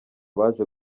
baje